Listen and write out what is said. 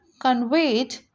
conveyed